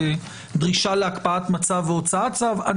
דרישה להקפאת מצב והוצאת צו.